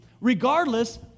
regardless